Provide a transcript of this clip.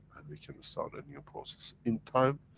and we can start a new process. in time,